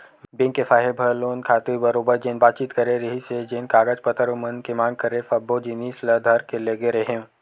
bank के साहेब ह लोन खातिर बरोबर जेन बातचीत करे रिहिस हे जेन कागज पतर मन के मांग करे सब्बो जिनिस ल धर के लेगे रेहेंव